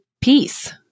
peace